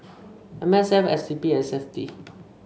M S F S D P and Safti